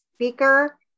speaker